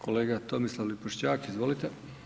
Kolega Tomislav Lipošćak, izvolite.